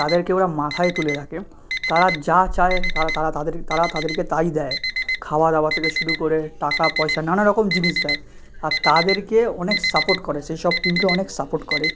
তাদেরকে ওরা মাথায় তুলে রাখে তারা যা চায় তারা তারা তাদের তারা তাদেরকে তাই দেয় খাওয়া দাওয়া থেকে শুরু করে টাকা পয়সা নানা রকম জিনিস দেয় আর তাদেরকে অনেক সাপোর্ট করে সেই সব টিমকে অনেক সাপোর্ট করে